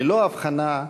ללא הבחנה,